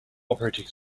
operating